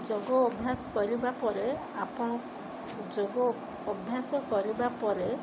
ଯୋଗ ଅଭ୍ୟାସ କରିବା ପରେ ଆପଣ ଯୋଗ ଅଭ୍ୟାସ କରିବା ପରେ